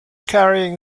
carrying